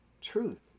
truth